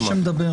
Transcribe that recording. מי שמדבר.